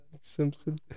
Simpson